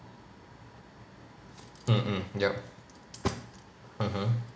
mm mm yup mmhmm